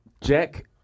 Jack